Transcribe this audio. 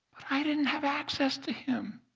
i didn't have access to him.